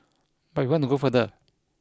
but we want to go further